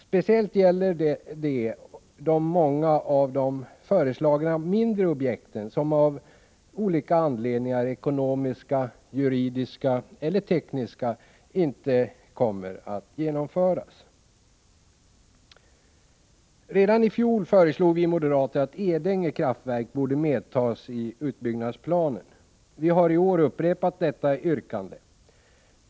Speciellt gäller detta många av de föreslagna mindre objekten som av olika anledningar — ekonomiska, juridiska eller tekniska — inte kommer att genomföras. Redan i fjol föreslog vi moderater att Edänge kraftverk borde medtas i utbyggnadsplanen. Vi har i år upprepat detta yrkande.